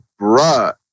bruh